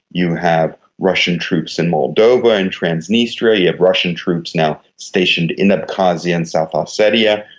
you have russian troops in moldova, in transnistria, you have russian troops now stationed in abkhazia and south ossetia,